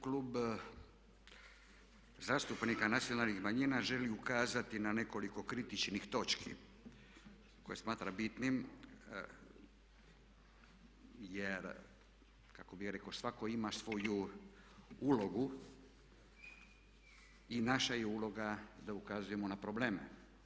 Klub zastupnika nacionalnih manjina želi ukazati na nekoliko kritičnih točki koje smatra bitnim, jer kako bih rekao svatko ima svoju ulogu i naša je uloga da ukazujemo na probleme.